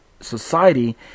society